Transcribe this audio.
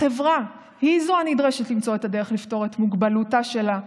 החברה היא הנדרשת למצוא את הדרך לפתור את מוגבלותה שלה,